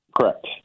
Correct